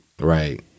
right